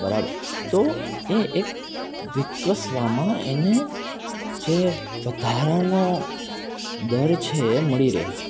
બરાબર તો એ એક વિકસવામાં એને જે વધારાનો દર છે એ મળી રહે છે